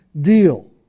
deal